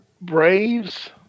Braves